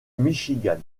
michigan